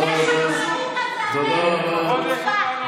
בורות והתנשאות.